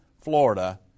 Florida